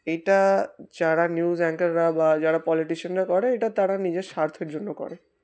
এটা যারা নিউজ অ্যাংকাররা বা যারা পলিটিশিয়ানরা করে এটা তারা নিজের স্বার্থের জন্য করে